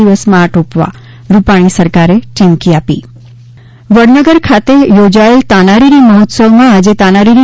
દિવસમાં આટોપવા રૂપાણી સરકારે ચીમકી આપી વડનગર ખાતે યોજાયેલ તાનારીરી મહોત્સવમાં આજે તાનારીરી